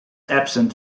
absent